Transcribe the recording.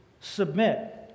submit